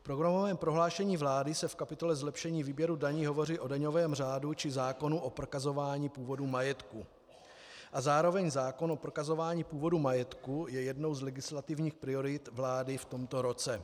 V programovém prohlášení vlády se v kapitole Zlepšení výběru daní hovoří o daňovém řádu či zákonu o prokazování původu majetku a zároveň zákon o prokazování původu majetku je jednou z legislativních priorit vlády v tomto roce.